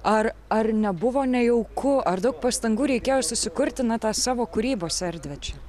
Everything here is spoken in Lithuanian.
ar ar nebuvo nejauku ar daug pastangų reikėjo susikurti na tą savo kūrybos erdvę čia